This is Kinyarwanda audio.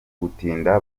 gutinda